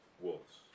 wolves